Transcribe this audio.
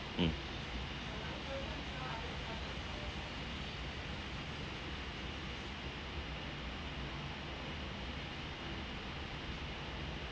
um